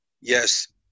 Yes